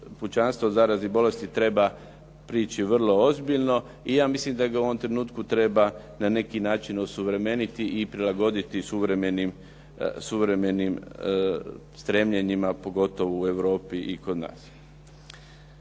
pučanstva od zaraznih bolesti treba prići vrlo ozbiljno. I ja mislim da ga u ovom trenutku treba na neki način osuvremeniti i prilagoditi suvremenim stremljenjima, pogotovo u Europi i kod nas.